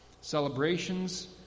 Celebrations